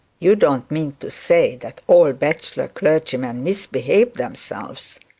you don't mean to say that all bachelor clergymen misbehave themselves